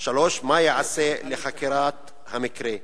3. מה ייעשה לחקירת המקרה?